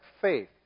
faith